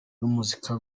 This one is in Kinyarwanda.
n’umuziki